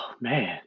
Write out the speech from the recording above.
man